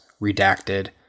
redacted